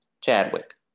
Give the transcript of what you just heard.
Chadwick